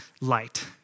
light